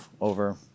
over